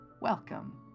Welcome